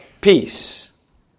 Peace